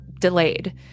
delayed